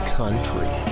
country